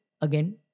again